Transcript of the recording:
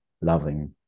loving